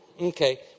Okay